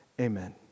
Amen